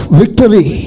victory